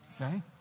Okay